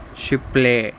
షిప్లే